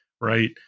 Right